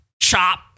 chop